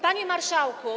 Panie Marszałku!